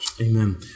Amen